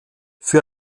für